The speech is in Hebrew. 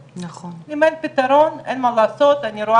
ואני יודע